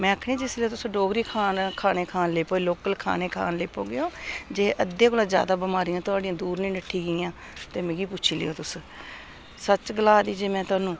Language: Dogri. में आखनी जिसलै तुस डोगरी खान खाने खान लेई पवो लोकल खाने खान लेई पौगे ओ जे अद्धे कोला ज्यादा बमारियां थुआढ़ियां दूर निं नट्ठी दियां ते मिगी पुच्छी लैओ तुस सच्च गला दी जे में थुहानू